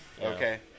Okay